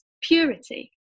purity